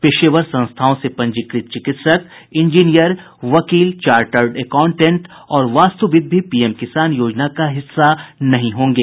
पेशेवर संस्थाओं से पंजीकृत चिकित्सक इंजीनियर वकील चाटर्ड एकांउटेंट और वास्तुविद भी पीएम किसान योजना का हिस्सा नहीं होंगे